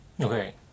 Okay